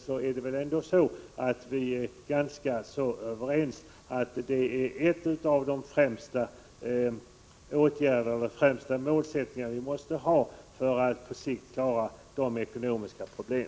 Vi är väl ändå ganska överens om att det är en av de främsta målsättningar som vi måste ha för att på sikt klara Sveriges ekonomiska problem.